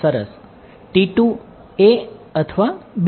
સરસ a અથવા b